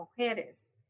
Mujeres